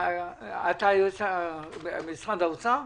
את ממשרד האוצר?